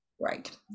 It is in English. Right